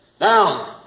Now